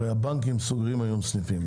היום הבנקים סוגרים סניפים.